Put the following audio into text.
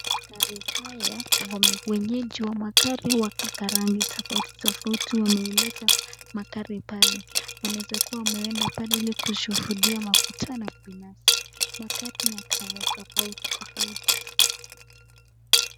Magari haya, wenyeji wa magari ya rangi tofauti tofauti wameleta magari pale. Wanaeza kuwa wameenda pale ili kushuhudia mkutano fulani. Magari ni ya colour tofauti tofauti.